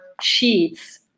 sheets